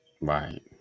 Right